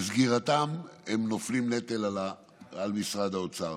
בסגירתם הם נופלים נטל על משרד האוצר,